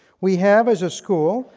we have, as a school,